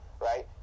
right